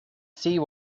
sea